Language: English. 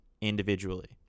individually